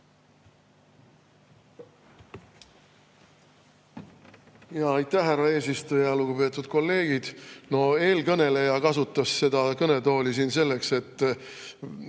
Aitäh, härra eesistuja! Lugupeetud kolleegid! Eelkõneleja kasutas seda kõnetooli siin selleks, et